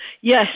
Yes